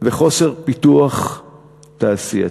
וחוסר פיתוח תעשייתי.